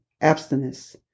abstinence